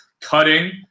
cutting